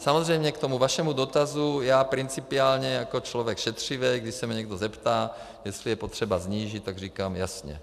Samozřejmě k tomu vašemu dotazu já principiálně jako člověk šetřivý, když se mě někdo zeptá, jestli je potřeba snížit, tak říkám jasně.